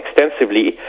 extensively